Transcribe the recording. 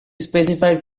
specified